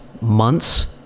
months